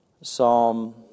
Psalm